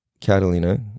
Catalina